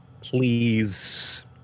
Please